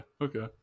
Okay